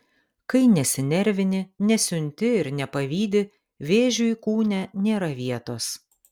kai nesinervini nesiunti ir nepavydi vėžiui kūne nėra vietos